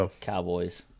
Cowboys